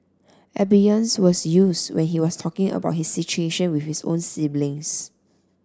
Abeyance was used when he was talking about his situation with his own siblings